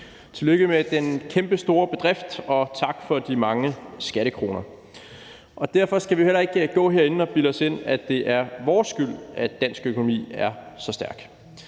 Tillykke med den kæmpestore bedrift, og tak for de mange skattekroner! Derfor skal vi heller ikke gå herinde og bilde os selv ind, at det er vores skyld, at dansk økonomi er så stærk.